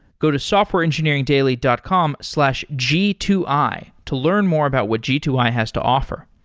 go to softwareengineeringdaily dot com slash g two i to learn more about what g two i has to offer.